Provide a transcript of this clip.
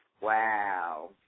Wow